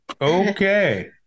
okay